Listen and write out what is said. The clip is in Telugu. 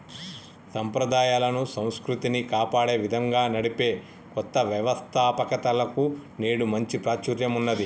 సంప్రదాయాలను, సంస్కృతిని కాపాడే విధంగా నడిపే కొత్త వ్యవస్తాపకతలకు నేడు మంచి ప్రాచుర్యం ఉన్నది